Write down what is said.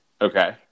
Okay